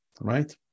right